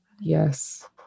Yes